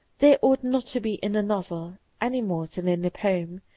there ought not to be in a novel, any more than in a poem,